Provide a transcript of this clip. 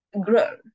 grow